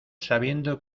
sabiendo